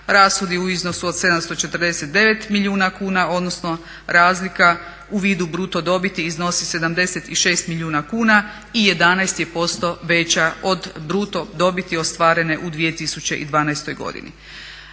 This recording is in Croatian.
rashodi u iznosu od 749 milijuna kuna odnosno razlika u vidu bruto dobiti iznosi 76 milijuna kuna i 11% je veća od bruto dobiti ostvarene u 2012. godini.